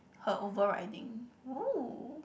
her overriding